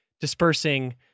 dispersing